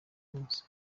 hose